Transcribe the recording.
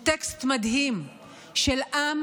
טקסט מדהים של עם